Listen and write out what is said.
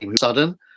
sudden